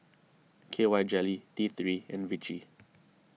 K Y jelly T three and Vichy